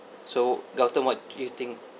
so carlton what you think